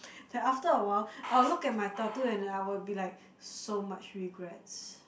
that after a while I'll look at my tattoo and I will be like so much regrets